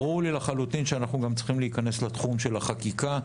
ברור לי לחלוטין שאנחנו גם צריכים להיכנס לתחום של החקיקה.